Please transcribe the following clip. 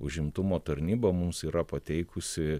užimtumo tarnyba mums yra pateikusi